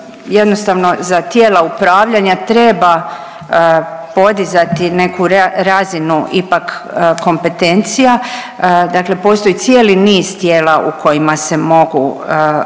jednostavno za tijela upravljanja treba podizati neku razinu ipak kompetencija, dakle postoji cijeli niz tijela u kojima se mogu